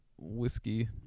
whiskey